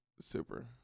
Super